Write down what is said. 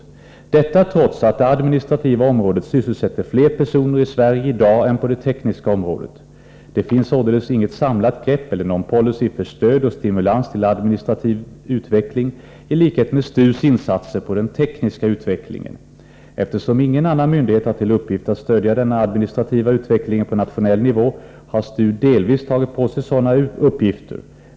Detta trots att det administrativa området sysselsätter fler personer i Sverige i dag än det tekniska området. Det finns således inget samlat grepp eller någon policy för stöd och stimulans till administrativ utveckling i likhet med STU:s insatser för den tekniska utvecklingen. Eftersom ingen annan myndighet har till uppgift att stödja denna administrativa utveckling på nationell nivå, har STU delvis tagit på sig sådana uppgifter.